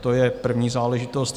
To je první záležitost.